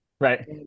Right